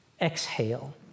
exhale